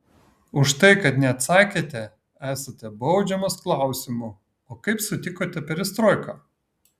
už tai kad neatsakėte esate baudžiamas klausimu o kaip sutikote perestroiką